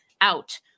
out